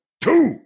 two